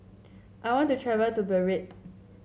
I want to travel to Beirut